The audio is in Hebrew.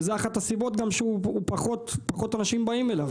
וזאת גם אחת הסיבות שפחות אנשים באים אליו.